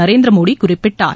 நரேந்திரமோடி குறிப்பிட்டார்